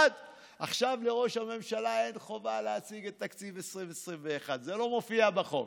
עכשיו לראש הממשלה אין חובה להציג את תקציב 2021. זה לא מופיע בחוק.